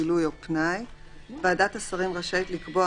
בילוי או פנאי 17. ועדת השרים רשאית לקבוע,